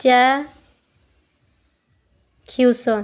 ଚାକ୍ଷୁଷ